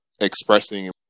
expressing